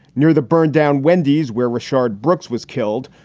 near the burned down wendy's, where rashad brooks was killed,